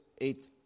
eight